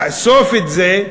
תאסוף את זה,